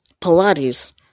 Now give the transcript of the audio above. Pilates